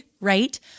right